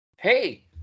hey